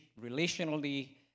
relationally